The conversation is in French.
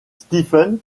stevens